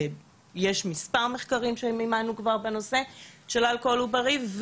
יש מספר מחקרים שמימנו כבר בנושא של אלכוהול עוברי.